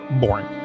boring